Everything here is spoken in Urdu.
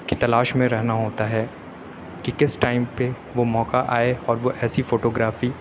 کی تلاش میں رہنا ہوتا ہے کہ کس ٹائم پہ وہ موقع آئے اور وہ ایسی فوٹو گرافی